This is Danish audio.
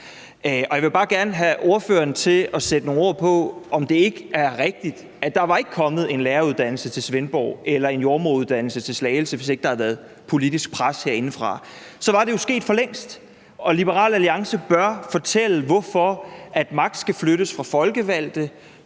Jeg vil bare gerne have ordføreren til at sætte nogle ord på, om ikke det er rigtigt, at der ikke var kommet en læreruddannelse til Svendborg eller en jordemoderuddannelse til Slagelse, hvis ikke der havde været politisk pres herindefra. Så var det jo sket for længst. Liberal Alliance bør fortælle, hvorfor magt skal flyttes fra folkevalgte